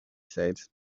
said